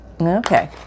Okay